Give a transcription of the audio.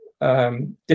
Different